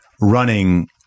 running